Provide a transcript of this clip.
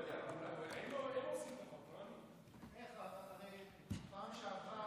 בליל השבעת הממשלה, לאחר שהכנסת,